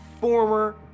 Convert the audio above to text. former